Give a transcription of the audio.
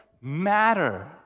matter